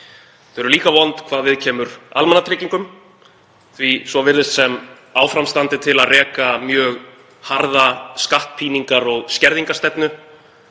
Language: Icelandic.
Þau eru líka vond hvað viðkemur almannatryggingum því að svo virðist sem áfram standi til að reka mjög harða skattpíningar- og skerðingarstefnu